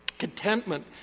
Contentment